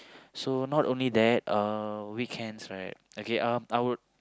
so not only that uh weekends right okay um I would